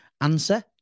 answer